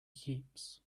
keeps